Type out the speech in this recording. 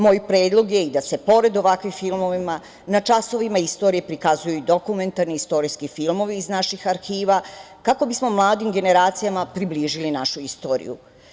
Moj predlog je i da se pored ovakvih filmova, na časovima istorije prikazuju i dokumentarni istorijski filmovi iz naših arhiva kako bismo mladim generacijama približili našu istoriju.